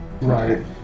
Right